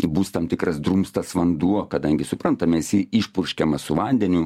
būstam tikras drumstas vanduo kadangi suprantam nes jį išpurškiama su vandeniu